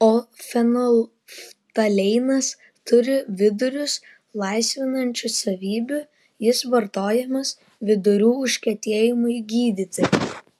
o fenolftaleinas turi vidurius laisvinančių savybių jis vartojamas vidurių užkietėjimui gydyti